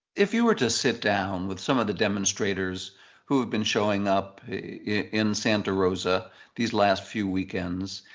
if you were to sit down with some of the demonstrators who have been showing up in santa rosa these last few weekends,